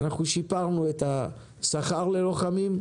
אנחנו שיפרנו את השכר ללוחמים,